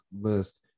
list